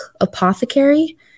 Apothecary